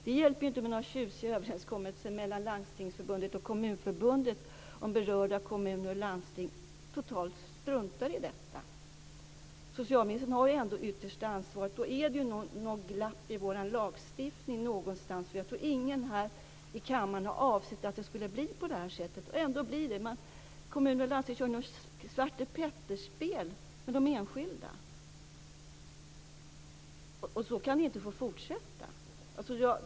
Det hjälper inte med någon tjusig överenskommelse mellan Landstingsförbundet och Kommunförbundet om berörda kommuner och landsting totalt struntar i detta. Socialministern har ändå yttersta ansvaret. Är det något glapp i vår lagstiftning? Jag tror inte att någon i kammaren har avsett att det ska bli så, ändå blir det så. Kommuner och landsting kör ett Svarte Petter-spel med de enskilda. Så kan det inte få fortsätta.